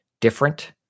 different